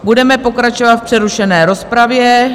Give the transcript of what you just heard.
Budeme pokračovat v přerušené rozpravě.